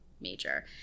major